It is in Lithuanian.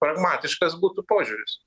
pragmatiškas būtų požiūris